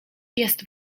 jest